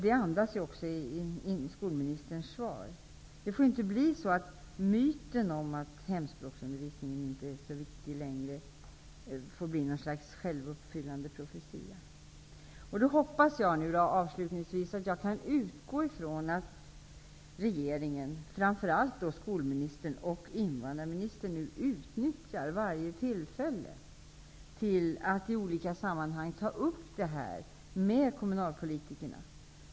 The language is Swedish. Det antyds också i skolministerns svar. Det får inte bli så att myten om att hemspråksundervisningen inte är viktig blir något slags självuppfyllande profetia. Avslutningsvis hoppas jag att regeringen, framför allt skolministern och invandrarministern, utnyttjar varje tillfälle att ta upp denna fråga med kommunalpolitikerna.